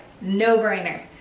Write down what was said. no-brainer